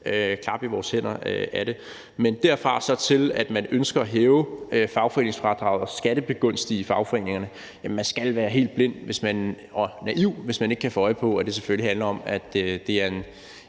klappe i vores hænder over det. Men derfra og så til, at man ønsker at hæve fagforeningsfradraget og skattebegunstige fagforeningerne, er der langt, og man skal være helt blind og naiv, hvis man ikke kan få øje på, at det selvfølgelig handler om, at det er en